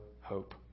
hope